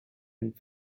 and